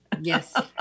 Yes